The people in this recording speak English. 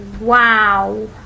Wow